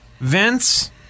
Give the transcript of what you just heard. Vince